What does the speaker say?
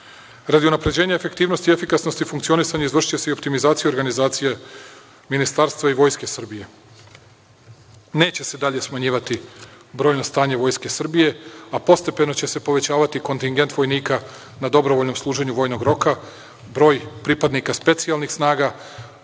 unapređenja efektivnosti i efikasnosti i funkcionisanja izvršiće se i optimizacija organizacija Ministarstva i Vojske Srbije. Neće se dalje smanjivati brojno stanje Vojske Srbije, a postepeno će se povećavati kontigent vojnika na dobrovoljnom služenju vojnog roka, broj pripadnika specijalnih snaga,